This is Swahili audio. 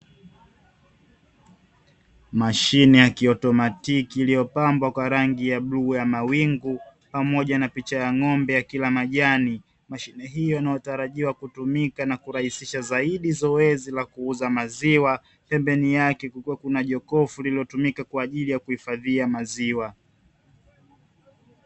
Mashine ya kiotomatiki iliyo pabwa kwa rangio ya bluu ya mawingu pamoja na picha ya ng'ombe akila majani, mashine hiyo inayotarajiwa kutumika na kurahisisha zaidi zoezi la kuuza maziwa pembeni yake kukiwa na jokofu kwajili ya kufadhia maziwa.